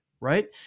right